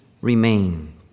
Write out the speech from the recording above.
remain